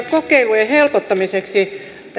kokeilujen helpottamiseksi